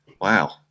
Wow